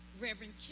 Reverend